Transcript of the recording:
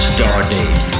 Stardate